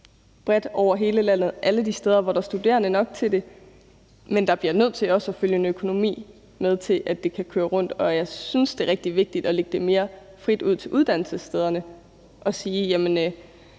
bredt over hele landet alle de steder, hvor der er studerende nok til det, men der bliver nødt til også at følge en økonomi med, til at det kan køre rundt. Jeg synes, det er rigtig vigtigt at lægge det mere frit ud til uddannelsesstederne at sige: